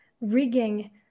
rigging